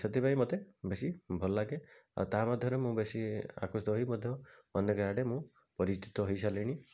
ସେଥିପାଇଁ ମୋତେ ବେଶୀ ଭଲଲାଗେ ଆଉ ତାହା ମଧ୍ୟରେ ମୁଁ ବେଶୀ ଆକୃଷ୍ଠିତ ହେଇ ମଧ୍ୟ ଅନେକ ଆଡ଼େ ମୁଁ ପରିଚିତ ହୋଇସାରିଲିଣି